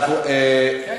אורן,